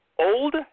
old